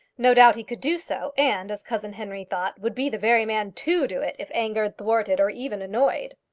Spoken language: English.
no doubt he could do so, and, as cousin henry thought, would be the very man to do it, if angered, thwarted, or even annoyed.